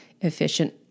efficient